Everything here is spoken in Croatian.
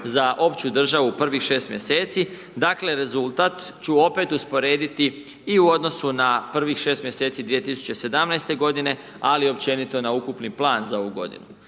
za opću državu, prvih 6 mjeseci, dakle rezultat ću opet usporediti i u odnosu na prvih 6 mjeseci 2017. godine ali i općenito na ukupni plan za ovu godinu.